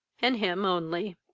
and him only.